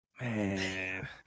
Man